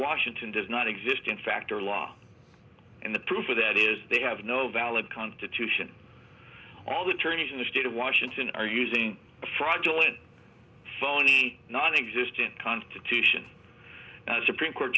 washington does not exist in fact or law and the proof of that is they have no valid constitution all the attorneys in the state of washington are using fraudulent phony nonexistent constitution supreme court